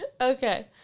Okay